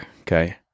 Okay